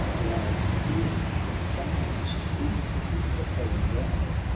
while peals of thunder beat the echoing ground.